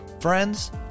friends